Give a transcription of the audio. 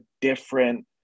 different